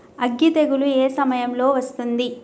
అగ్గి తెగులు ఏ సమయం లో వస్తుంది?